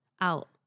out